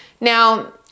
Now